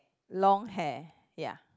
long hair ya